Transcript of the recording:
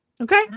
Okay